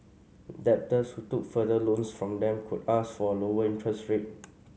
debtors who took further loans from them could ask for a lower interest rate